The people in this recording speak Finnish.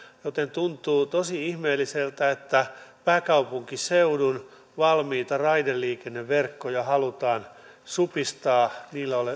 joten tuntuu tosi ihmeelliseltä että pääkaupunkiseudun valmiita raideliikenneverkkoja halutaan supistaa